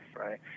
right